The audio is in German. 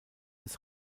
des